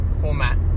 format